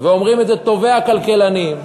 ואומרים את זה טובי הכלכלנים,